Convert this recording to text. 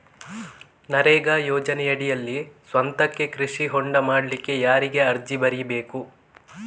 ನರೇಗಾ ಯೋಜನೆಯಡಿಯಲ್ಲಿ ಸ್ವಂತಕ್ಕೆ ಕೃಷಿ ಹೊಂಡ ಮಾಡ್ಲಿಕ್ಕೆ ಯಾರಿಗೆ ಅರ್ಜಿ ಬರಿಬೇಕು?